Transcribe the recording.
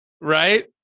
right